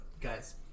guys